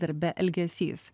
darbe elgesys